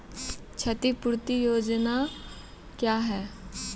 क्षतिपूरती योजना क्या हैं?